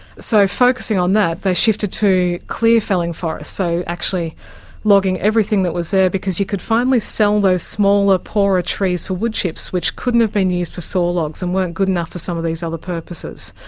so focussing on that, they shifted to clear felling forests, so actually logging everything that was there, because you could finally sell those smaller, poorer trees for wood chips which couldn't have been for saw logs and weren't good enough for some of these other purposes.